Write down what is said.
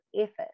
effort